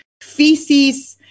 feces